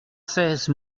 seize